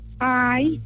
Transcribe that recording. Hi